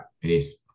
peace